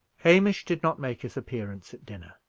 hamish did not make his appearance at dinner,